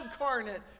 incarnate